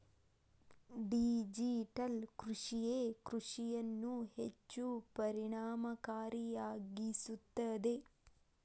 digital ಕೃಷಿಯೇ ಕೃಷಿಯನ್ನು ಹೆಚ್ಚು ಪರಿಣಾಮಕಾರಿಯಾಗಿಸುತ್ತದೆ